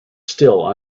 still